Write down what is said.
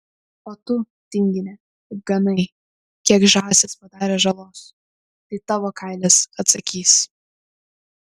o tu tingine kaip ganai kiek žąsys padarė žalos tai tavo kailis atsakys